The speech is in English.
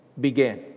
began